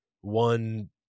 one